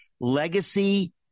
Legacy